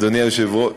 בפייסבוק.